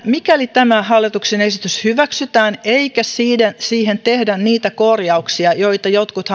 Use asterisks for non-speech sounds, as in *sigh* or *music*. mikäli tämä hallituksen esitys hyväksytään eikä siihen tehdä niitä korjauksia joista jotkut *unintelligible*